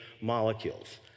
molecules